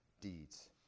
Deeds